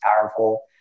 powerful